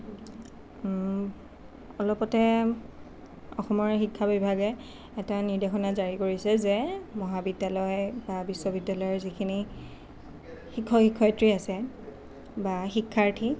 অলপতে অসমৰ শিক্ষা বিভাগে এটা নিৰ্দেশনা জাৰি কৰিছে যে মহাবিদ্যালয় বা বিশ্ববিদ্যালয়ৰ যিখিনি শিক্ষক শিক্ষয়ত্ৰী আছে বা শিক্ষাৰ্থী